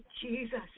jesus